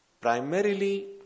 primarily